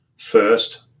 first